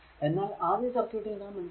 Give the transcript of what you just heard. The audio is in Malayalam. എന്നാൽ ആദ്യ സർക്യൂട്ടിൽ നാം മനസ്സിലാക്കി